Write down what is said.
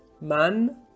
Man